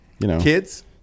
Kids